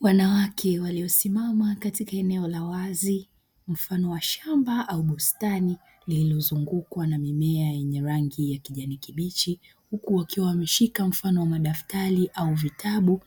Wanawake waliosimama katika eneo la wazi mfano wa shamba au bustani lililozungukwa na mimea yenye rangi ya kijani kibichi huku wakiwa wameshika mfano wa madaftari au vitabu,